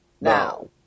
now